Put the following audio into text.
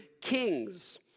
kings